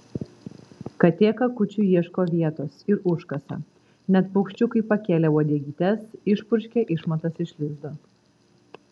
katė kakučiui ieško vietos ir užkasa net paukščiukai pakėlę uodegytes išpurškia išmatas iš lizdo